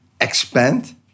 expand